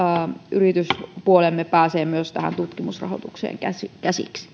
yrityspuolemme pääsee tähän tutkimusrahoitukseen käsiksi